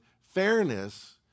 fairness